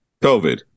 COVID